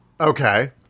Okay